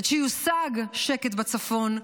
עד שיושג שקט בצפון,